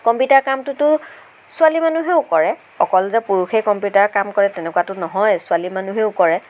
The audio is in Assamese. কম্পিউটাৰ কামটোতো ছোৱালী মানুহেও কৰে অকল যে পুৰুষেই কম্পিউটাৰৰ কাম কৰে তেনেকুৱাটো নহয় ছোৱালী মানুহেও কৰে